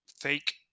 fake